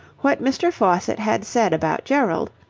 what mr. faucitt had said about gerald.